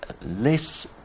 less